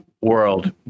world